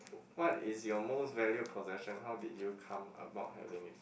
what is your most valued possession how did you come about having it